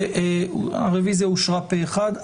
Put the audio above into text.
הרוויזיה אושרה פה אחד.